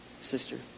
sister